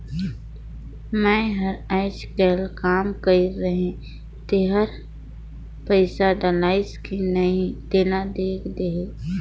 मै हर अईचकायल काम कइर रहें तेकर पइसा डलाईस कि नहीं तेला देख देहे?